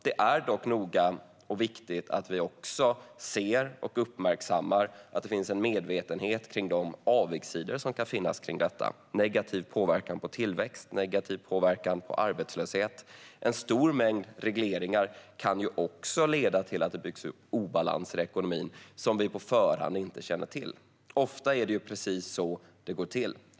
Det är dock viktigt att vi också ser och uppmärksammar att det finns en medvetenhet om de avigsidor som kan finnas kring detta - negativ påverkan på tillväxt och negativ påverkan på arbetslöshet. En stor mängd regleringar kan också leda till att det byggs upp obalanser i ekonomin som vi på förhand inte känner till. Ofta är det precis så det går till.